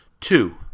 Two